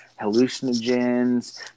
hallucinogens